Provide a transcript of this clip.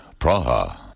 Praha